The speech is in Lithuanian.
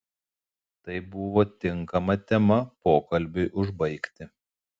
tai buvo tinkama tema pokalbiui užbaigti